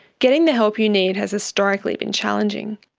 getting the help you need has historically been challenging.